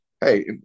hey